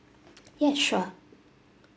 ya sure